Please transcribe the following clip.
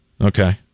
Okay